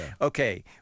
okay